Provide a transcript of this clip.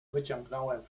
wyciągnąłem